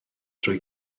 drwy